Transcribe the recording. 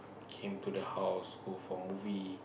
came to the house go for movie